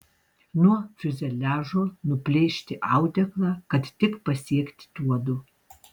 nuo fiuzeliažo nuplėšti audeklą kad tik pasiekti tuodu